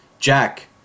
Jack